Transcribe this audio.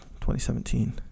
2017